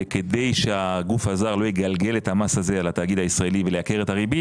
וכדי שהגוף הזר לא יגלגל את המס הזה על התאגיד הישראלי וייקר את הריבית,